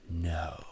no